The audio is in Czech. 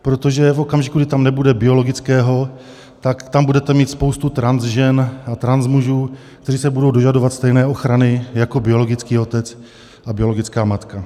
Protože v okamžiku, kdy tam nebude biologického, tak tam budete mít spoustu transžen a transmužů, kteří se budou dožadovat stejné ochrany jako biologický otec a biologická matka.